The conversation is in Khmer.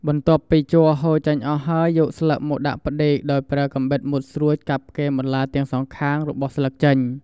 បន្ទាប់ពីជ័រហូរចេញអស់ហើយ យកស្លឹកមកដាក់ផ្ដេក ដោយប្រើកាំបិតមុតស្រួចកាត់គែមបន្លាទាំងសងខាងរបស់ស្លឹកចេញ។